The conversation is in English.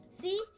See